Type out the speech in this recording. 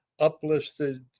uplisted